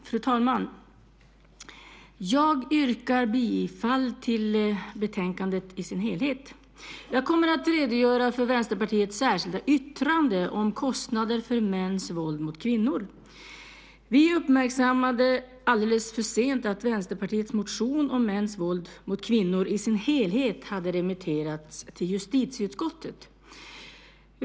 Fru talman! Jag yrkar bifall till förslaget i dess helhet i utskottets betänkande. Jag kommer att redogöra för Vänsterpartiets särskilda yttrande om kostnader för mäns våld mot kvinnor. Vi uppmärksammade alldeles för sent att Vänsterpartiets motion i dess helhet om mäns våld mot kvinnor hade remitterats till justitieutskottet.